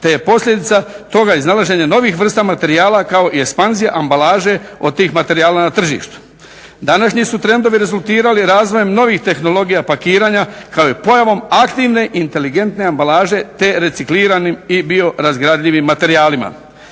te je posljedica toga iznalaženje novih vrsta materijala kao i ekspanzija ambalaže od tih materijala na tržištu. Današnji su trendovi rezultirali razvojem novih tehnologija pakiranja kao i pojavom aktivne inteligentne ambalaže te recikliranim i biorazgradljivim materijalima.